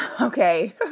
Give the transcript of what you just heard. okay